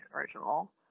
original